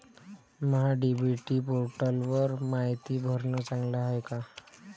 महा DBT पोर्टलवर मायती भरनं चांगलं हाये का?